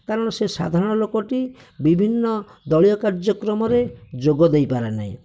କାରଣ ସେ ସାଧାରଣ ଲୋକଟି ବିଭିନ୍ନ ଦଳୀୟ କାର୍ଯ୍ୟକ୍ରମରେ ଯୋଗ ଦେଇପାରେ ନାହିଁ